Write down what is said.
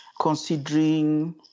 considering